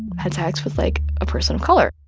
had sex with, like, a person of color.